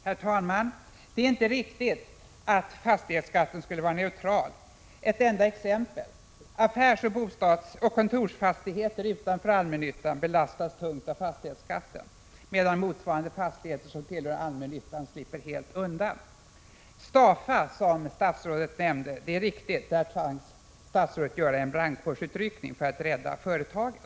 Herr talman! Det är inte riktigt att fastighetsskatten skulle vara neutral. Ett enda exempel: Affärsoch kontorsfastigheter utanför allmännyttan belastas tungt av fastighetsskatten, medan motsvarande fastigheter som tillhör allmännyttan slipper helt undan. När det gäller STAFA, som statsrådet nämnde, är det riktigt att statsrådet tvangs göra en brandkårsutryckning för att rädda företaget.